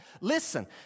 Listen